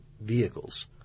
vehicles